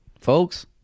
folks